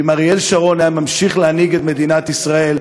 אם אריאל שרון היה ממשיך להנהיג את מדינת ישראל,